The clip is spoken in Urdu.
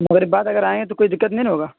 مغرب بعد اگر آئیں تو کوئی دقت نہیں نا ہوگا